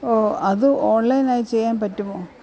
ഓ അത് ഓൺലൈൻ ആയി ചെയ്യാൻ പറ്റുമോ